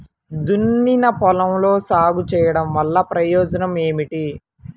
దున్నిన పొలంలో సాగు చేయడం వల్ల ప్రయోజనం ఏమిటి?